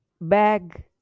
bag